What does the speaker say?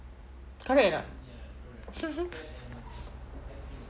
correct or not